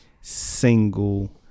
single